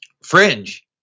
Fringe